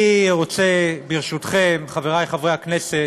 אני רוצה, ברשותכם, חברי חברי הכנסת,